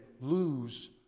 lose